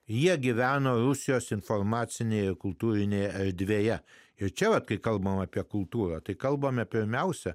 jie gyveno rusijos informacinėje kultūrinėje erdvėje ir čia va kai kalbame apie kultūrą tai kalbame pirmiausia